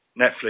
Netflix